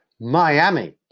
Miami